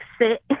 sit